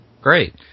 Great